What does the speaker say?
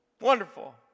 wonderful